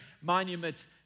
monuments